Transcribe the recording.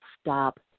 Stop